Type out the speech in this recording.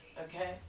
okay